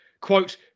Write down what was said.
Quote